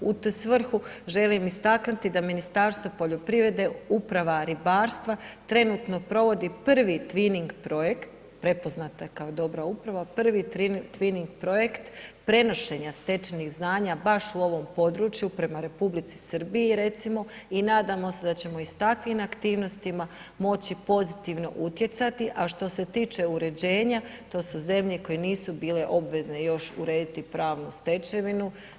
U tu svrhu želim istaknuti da Ministarstvo poljoprivreda, Uprava ribarstva, trenutno provodi prvi Twinning projekt, prepoznata je kao dobra uprava, prvi Twinning projekt prenošenja stečenih znanja baš u ovom području prema Republici Srbiji, recimo i nadamo se da ćemo i s takvim aktivnostima moći pozitivno utjecati, a što se tiče uređenja, to su zemlje koje nisu bile obvezne još urediti pravnu stečevinu.